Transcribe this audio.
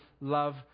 love